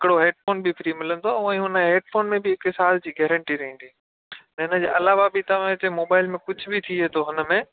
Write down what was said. हिकिड़ो हेडफ़ोन बि फ़्री मिलंदो उअं ई हुन हेडफ़ोन में बि हिक साल जी गेरंटी रहंदी हिन जे अलावा बि तव्हां हिते मोबाइल में कुझु बि थिये थो हुन में